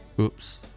oops